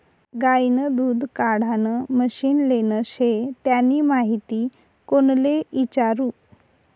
गायनं दूध काढानं मशीन लेनं शे त्यानी माहिती कोणले इचारु?